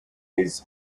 his